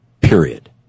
Period